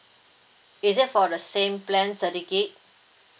is it for the same plan thirty gig